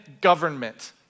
government